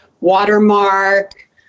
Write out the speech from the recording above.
watermark